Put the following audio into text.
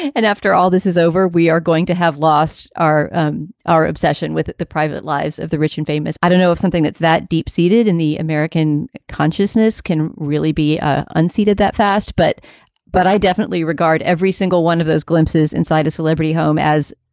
and after all this is over, we are going to have lost our um our obsession with the private lives of the rich and famous. i don't know if something that's that deep seeded in the american consciousness can really be ah unseated that fast. but but i definitely regard every single one of those glimpses inside a celebrity home as,